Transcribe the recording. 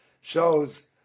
shows